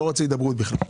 לא רוצה הידברות בכלל.